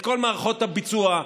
את כל מערכות הביצוע,